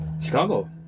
Chicago